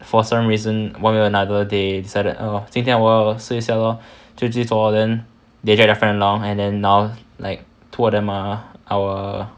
for some reason one way or another they decided oh 今天我要试一下 lor 就去做 lor then they get their friend down and then now like two of them are our